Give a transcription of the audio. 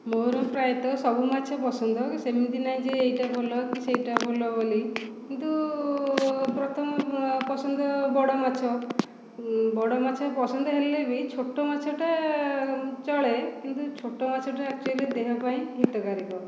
ମୋର ପ୍ରାୟତଃ ସବୁ ମାଛ ପସନ୍ଦ ସେମିତି ନାହିଁ ଯେ ଏଇଟା ଭଲ କି ସେଇଟା ଭଲ ବୋଲି କିନ୍ତୁ ପ୍ରଥମ ପସନ୍ଦ ବଡ଼ ମାଛ ବଡ଼ ମାଛ ପସନ୍ଦ ହେଲେ ବି ଛୋଟ ମାଛଟା ଚଳେ କିନ୍ତୁ ଛୋଟ ମାଛଟା ଆକ୍ଚୁଆଲି ଦେହ ପାଇଁ ହିତକାରକ